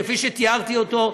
כפי שתיארתי אותו,